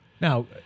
Now